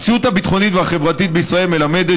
המציאות הביטחונית והחברתית בישראל מלמדת